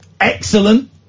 excellent